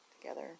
together